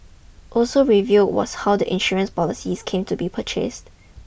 also revealed was how the insurance policies came to be purchased